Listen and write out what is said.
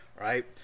right